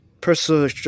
personal